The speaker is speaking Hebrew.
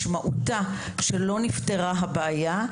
משמעותה שלא נפתרה הבעיה?